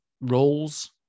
roles